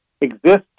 exist